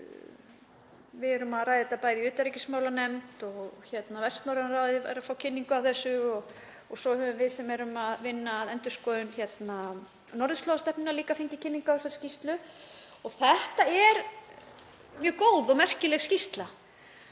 Við erum að ræða þetta í utanríkismálanefnd og Vestnorræna ráðið er að fá kynningu á þessu. Svo höfum við sem erum að vinna að endurskoðun norðurslóðastefnunnar líka fengið kynningu á skýrslunni. Þetta er mjög góð og merkileg skýrsla